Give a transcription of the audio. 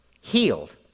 healed